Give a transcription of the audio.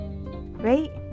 right